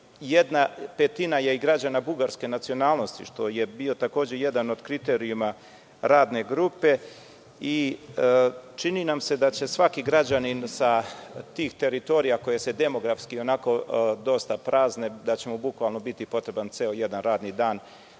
jedna petina je i građana bugarske nacionalnosti, što je bio takođe jedan od kriterijuma radne grupe. Čini nam se da će svaki građanin sa tih teritorija koje se demografski dosta prazne, da će mu bukvalno biti potreban ceo jedan radni dan